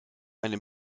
eine